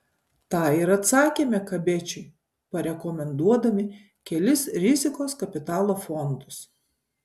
tą ir atsakėme kabečiui parekomenduodami kelis rizikos kapitalo fondus